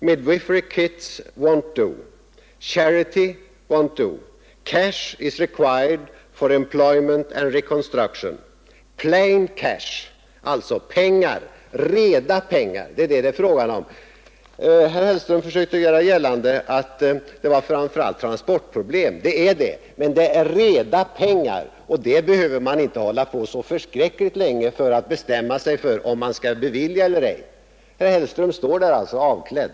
Midwifery kits won't do. Charity won't do. Cash is required for employment and reconstruction. Plain cash. — Pengar, reda pengar, det är det fråga om. Herr Hellström försökte göra gällande att det framför allt var transportproblem. Det är det, men här gäller det också reda pengar, och man behöver inte hålla på så förfärligt länge för att bestämma sig för om man skall bevilja sådana eller ej. Herr Hellström står där alltså avklädd.